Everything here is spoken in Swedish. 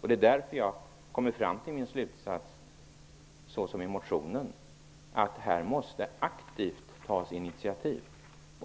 Det är därför jag kommer fram till samma slutsats som i motionen. Det måste aktivt tas initiativ.